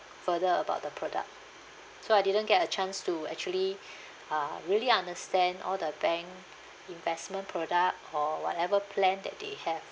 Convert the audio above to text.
further about the product so I didn't get a chance to actually uh really understand all the bank investment product or whatever plan that they have